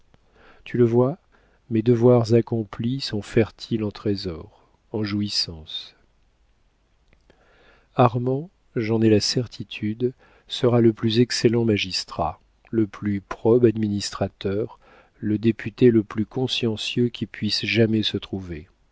tu le vois mes devoirs accomplis sont fertiles en trésors en jouissances armand j'en ai la certitude sera le plus excellent magistrat le plus probe administrateur le député le plus consciencieux qui puisse jamais se trouver